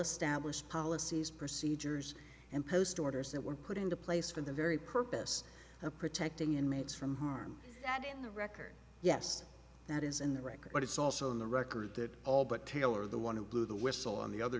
established policies procedures and post orders that were put into place for the very purpose of protecting inmates from harm and the record yes that is in the record but it's also in the record that all but taylor the want to blow the whistle on the other